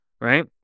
Right